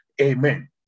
Amen